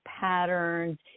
patterns